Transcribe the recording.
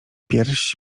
pierś